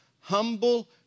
humble